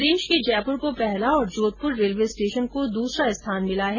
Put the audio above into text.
प्रदेश के जयपुर को पहला और जोधपुर रेलवे स्टेशन को दूसरा स्थान मिला है